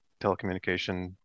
telecommunication